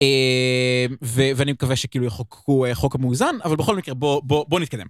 ואני מקווה שכאילו יחוקו חוק המואוזן, אבל בכל מקרה בואו נתקדם.